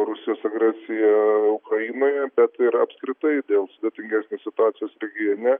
rusijos agresija ukrainoje bet ir apskritai dėl sudėtingesnės situacijos regione